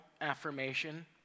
affirmation